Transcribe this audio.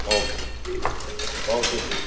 ওকে ঠিক আছে ওকে ঠিক